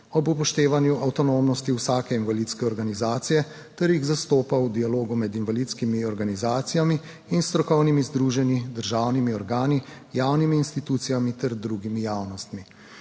ob upoštevanju avtonomnosti vsake invalidske organizacije, ter jih zastopa v dialogu med invalidskimi organizacijami in strokovnimi združenji, državnimi organi, javnimi institucijami ter drugimi javnostmi.